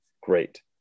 great